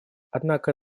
однако